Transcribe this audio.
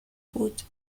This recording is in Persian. بود